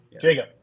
jacob